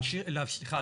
סליחה,